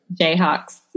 Jayhawks